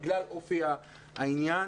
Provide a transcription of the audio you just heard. בגלל אופי העניין.